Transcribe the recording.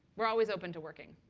we're always open to working.